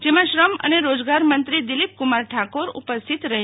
જેમાં શ્રમ અને રોજગાર મંત્રી દિલીપકુમાર ઠાકોર ઉપસ્થિત રહેશે